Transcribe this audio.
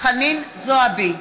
חנין זועבי,